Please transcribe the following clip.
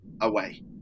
away